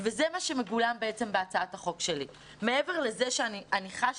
וזה מה שמגולם בהצעת החוק שלי - מעבר לזה שאני חשה